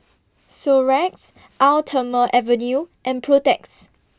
Xorex Eau Thermale Avene and Protex